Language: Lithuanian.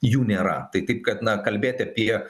jų nėra tai taip kad na kalbėt apie